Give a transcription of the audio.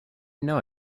know